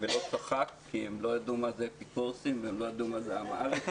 ולא צחק כי הם לא ידעו מה זה אפיקורסים והם לא ידעו מה זה עם הארץ,